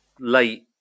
late